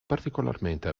particolarmente